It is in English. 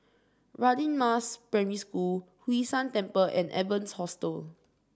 Radin Mas Primary School Hwee San Temple and Evans Hostel